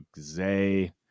Zay